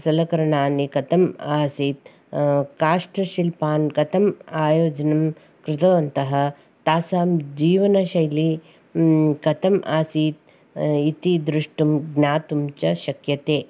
सलकरणानि कथम् आसीत् काष्टशिल्पान् कथम् आयोजनं कृतवन्तः तासां जीवनशैलि कथम् आसीत् इति द्रष्टुं ज्ञातुं च शक्यते